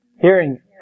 Hearing